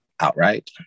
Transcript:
outright